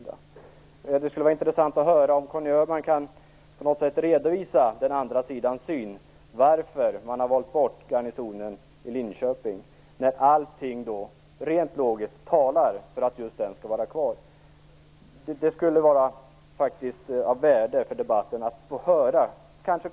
Det skulle vara intressant att höra om Conny Öhman kunde redovisa den andra sidans syn på varför man har valt bort garnisonen i Linköping när allting rent logiskt talar för att den skall få vara kvar. Det vore av värde för debatten att få höra det.